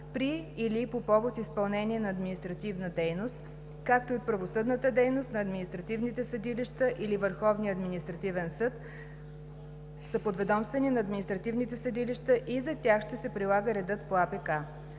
при или по повод изпълнение на административна дейност, както и от правосъдната дейност на административните съдилища или Върховния административен съд са подведомствени на административните съдилища и за тях ще се прилага редът по